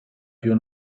più